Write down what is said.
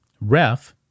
ref